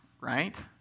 Right